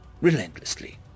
relentlessly